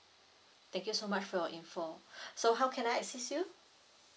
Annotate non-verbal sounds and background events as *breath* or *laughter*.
thank you so much for your info *breath* so how can I assist you